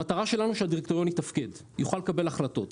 המטרה שלנו שהדירקטוריון יתפקד, יוכל לקבל החלטות.